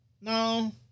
no